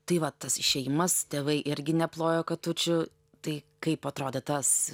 tai va tas išėjimas tėvai irgi neplojo katučių tai kaip atrodė tas